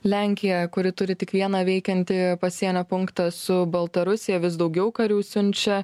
lenkija kuri turi tik vieną veikiantį pasienio punktą su baltarusija vis daugiau karių siunčia